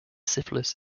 syphilis